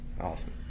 Awesome